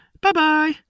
bye-bye